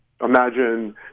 imagine